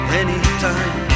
anytime